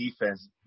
defense –